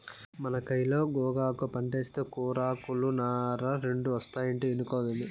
మన కయిలో గోగాకు పంటేస్తే కూరాకులు, నార రెండూ ఒస్తాయంటే ఇనుకోవేమి